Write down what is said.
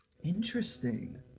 interesting